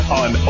on